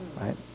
right